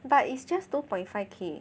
but it's just two point five K